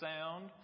sound